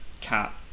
Cat